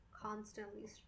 constantly